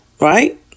right